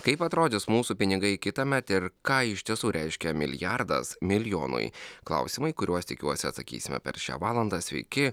kaip atrodys mūsų pinigai kitąmet ir ką iš tiesų reiškia milijardas milijonui klausimai kuriuos tikiuosi atsakysime per šią valandą sveiki